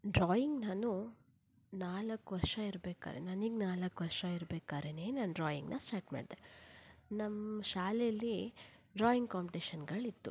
drawing ನಾನು ನಾಲ್ಕು ವರ್ಷ ಇರಬೇಕಾದ್ರೆ ನನಗೆ ನಾಲ್ಕು ವರ್ಷ ಇರಬೇಕಾದರೇ ನಾನು ಡ್ರಾಯಿಂಗನ್ನು ಸ್ಟಾರ್ಟ್ ಮಾಡಿದೆ ನಮ್ಮ ಶಾಲೆಯಲ್ಲಿ ಡ್ರಾಯಿಂಗ್ ಕಾಂಪಿಟೇಷನ್ಗಳಿತ್ತು